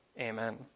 amen